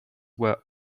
were